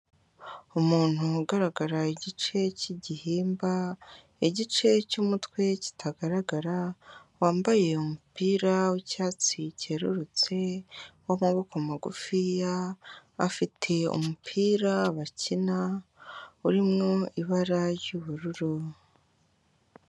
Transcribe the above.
Umuntu ugaragara igice cy'igihimba, igice cy'umutwe kitagaragara, wambaye umupira w'icyatsi cyererutse, w'amaboko magufiya, afite umupira bakina, uri mu ibara ry'ubururu.